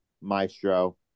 Maestro